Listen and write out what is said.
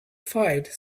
flight